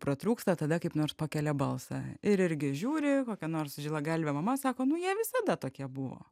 pratrūksta tada kaip nors pakelia balsą ir irgi žiūri kokia nors žilagalvė mama sako nu jie visada tokie buvo